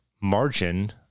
margin